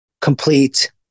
complete